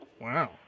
Wow